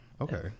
okay